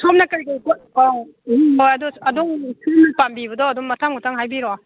ꯁꯣꯝꯅ ꯀꯔꯤ ꯀꯔꯤ ꯄꯣꯠ ꯑꯗꯣꯝ ꯁꯣꯝꯅ ꯄꯥꯝꯕꯤꯕꯗꯣ ꯑꯗꯨꯝ ꯃꯊꯪ ꯃꯊꯪ ꯍꯥꯏꯕꯤꯔꯛꯑꯣ